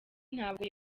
ntabwo